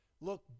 Look